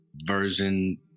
version